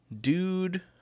dude